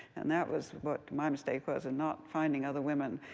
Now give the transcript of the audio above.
and that was what my mistake was in not finding other women.